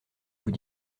vous